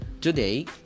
Today